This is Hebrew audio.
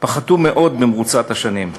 פחתו מאוד במרוצת השנים.